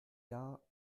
jahr